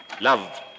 love